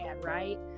right